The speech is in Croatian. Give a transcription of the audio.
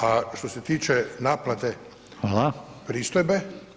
A što se tiče naplate pristojbe.